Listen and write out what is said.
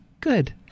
Good